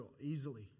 easily